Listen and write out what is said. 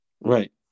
Right